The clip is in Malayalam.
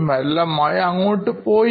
അവരെല്ലാവരും കൂടി അവരുടെ വീട്ടിലേക്ക് പോയി